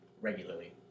regularly